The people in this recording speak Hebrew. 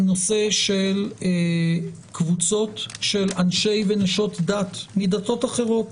הנושא של קבוצות של אנשי ונשות דת מדתות אחרות.